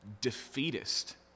defeatist